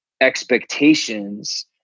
expectations